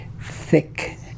thick